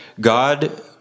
God